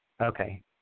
Okay